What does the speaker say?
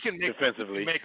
defensively